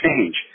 change